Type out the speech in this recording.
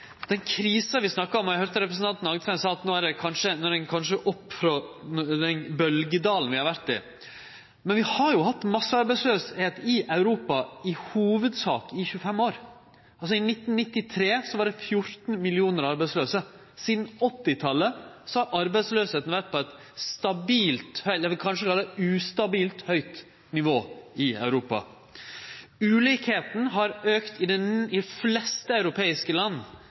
den krisa vi snakkar om – og eg høyrde representanten Agdestein seie at no er vi kanskje oppe frå den bølgjedalen vi har vore i – er òg at vi har hatt massearbeidsløyse i Europa i hovudsak i 25 år. I 1993 var det 14 millionar arbeidslause. Sidan 1980-talet har arbeidsløysa vore på eit stabilt – eller kanskje ustabilt – høgt nivå i Europa. Ulikskapen har auka i dei fleste europeiske land